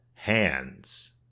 Hands